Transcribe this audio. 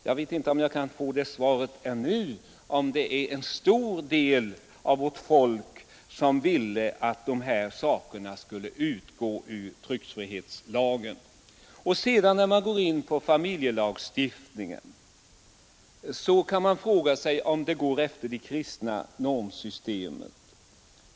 Jag vet inte om jag ännu i dag kan få veta huruvida det var en stor del av vårt folk som ville att de här bestämmelserna skulle utgå ur tryckfrihetslagen. När man sedan går in på familjelagstiftningen kan man fråga sig om den följer det kristna normsystemet.